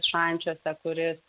šančiuose kuris